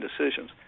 decisions